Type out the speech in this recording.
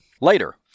later